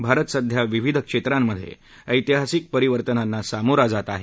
भारत सध्या विविध क्षेत्रांमधे ऐतिहासिक परिवर्तनांना समोरा जात आहे